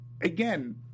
again